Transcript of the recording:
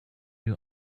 you